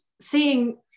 seeing